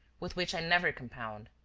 with which i never compound.